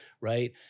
right